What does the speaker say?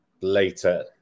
later